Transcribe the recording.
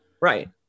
Right